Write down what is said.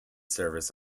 service